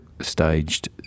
staged